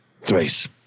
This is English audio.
Thrace